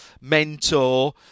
mentor